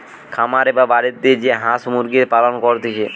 খামারে বা বাড়িতে যে হাঁস মুরগির পালন করতিছে